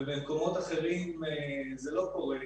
שבמקומות אחרים זה לא קורה,